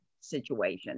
situation